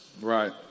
Right